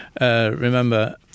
Remember